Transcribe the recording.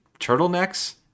turtlenecks